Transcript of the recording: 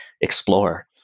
explore